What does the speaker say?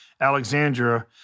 Alexandria